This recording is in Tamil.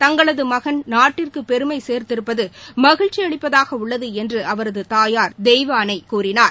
தங்களது மகள் நாட்டிற்கு பெருமை சேர்த்திருப்பது மகிழ்ச்சியளிப்பதாக உள்ளது என்று அவரது தாயாா தெய்வானை கூறினார்